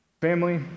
Family